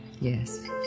Yes